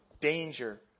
danger